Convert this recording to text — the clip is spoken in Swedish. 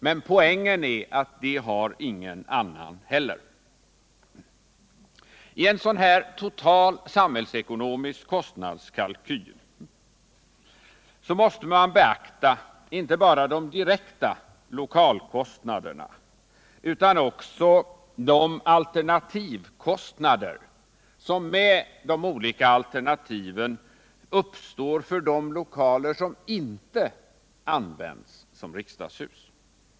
Men poängen är att inte heller någon annan har Sikt frågor på längre frågor på längre Sikt kunnat göra det. I en total samhällsekonomisk kostnadskalkyl måste man beakta inte bara de direkta lokalkostnaderna utan också de alternativkostnader som vid de olika alternativen uppstår för de lokaler som inte används som riksdagshus.